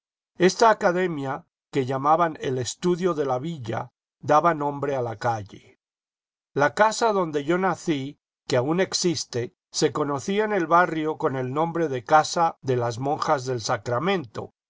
esta academia que llamaban el estudio de la villa daba nombre a la calle la casa donde yo nací que aun existe se conocía en el barrio con el nombre de casa de las monjas del sacramento